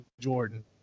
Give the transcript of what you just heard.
Jordan